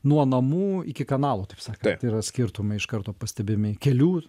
nuo namų iki kanalų taip sakant yra skirtumai iš karto pastebimi kelių